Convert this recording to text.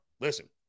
listen